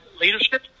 leadership